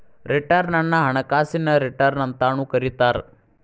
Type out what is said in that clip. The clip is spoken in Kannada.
ರಿಟರ್ನ್ ಅನ್ನ ಹಣಕಾಸಿನ ರಿಟರ್ನ್ ಅಂತಾನೂ ಕರಿತಾರ